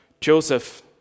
Joseph